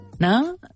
No